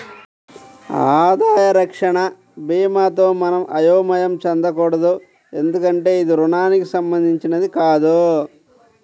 ఆదాయ రక్షణ భీమాతో మనం అయోమయం చెందకూడదు ఎందుకంటే ఇది రుణానికి సంబంధించినది కాదు